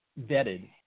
vetted